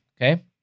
okay